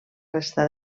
resta